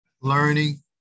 learning